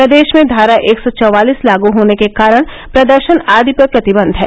प्रदेश में धारा एक सौ चवालीस लागू होने के कारण प्रदर्शन आदि पर प्रतिबंध है